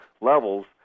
levels